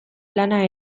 lana